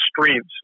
streams